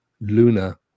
Luna